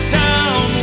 down